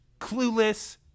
Clueless